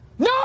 No